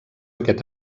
aquest